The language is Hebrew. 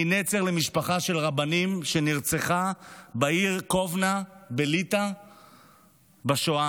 אני נצר למשפחה של רבנים שנרצחה בעיר קובנה בליטא בשואה.